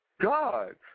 God